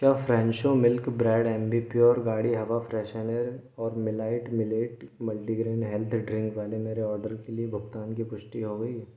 क्या Fresho milk bread Ambi Pur गाड़ी हवा फ़्रेशनर और मिलाइट मिलेट मल्टीग्रैन हेल्थ ड्रिंक वाले मेरे ऑर्डर के लिए भुगतान की पुष्टि हो गई